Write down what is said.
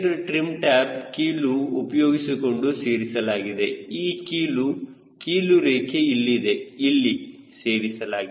elevator trim tab ಕೀಲು ಉಪಯೋಗಿಸಿಕೊಂಡು ಸೇರಿಸಲಾಗಿದೆ ಈ ಕೀಲು ಕೀಲು ರೇಖೆ ಇಲ್ಲಿದೆ ಇಲ್ಲಿ ಸೇರಿಸಲಾಗಿದೆ